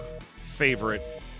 favorite